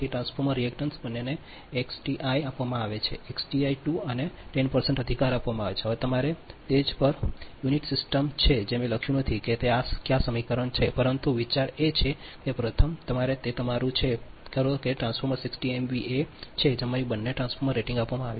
તેથી transformer reactance બંનેને X T I આપવામાં આવે છે એક્સટી 2 આને 10 અધિકાર આપવામાં આવે છે હવે તમારે તે જ થે ટ્પર યુનિટ સિસ્ટમ છે જે મેં લખ્યું નથી કે તે કયા સમીકરણ નંબર છે પરંતુ વિચાર એ છે કે પ્રથમ આ તે તમારું છે કરો કે ટ્રાન્સફોર્મર 60 એમવીએ છે કે જે તમારી બંને ટ્રાન્સફોર્મર રેટીંગ આપવામાં આવી છે